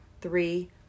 three